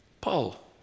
Paul